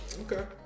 okay